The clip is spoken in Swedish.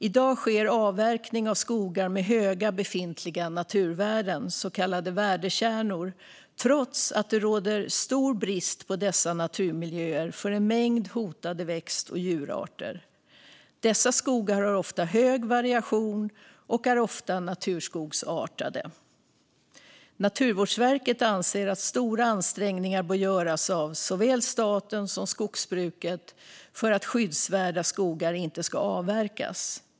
I dag sker avverkning av skogar med höga befintliga naturvärden, så kallade värdekärnor, trots att det råder stor brist på dessa naturmiljöer för en mängd hotade växt och djurarter. Dessa skogar har ofta hög variation och är ofta naturskogsartade. Naturvårdsverket anser att stora ansträngningar bör göras av såväl staten som skogsbruket för att skyddsvärda skogar inte ska avverkas.